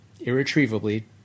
irretrievably